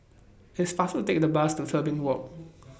It's faster to Take The Bus to Tebing Walk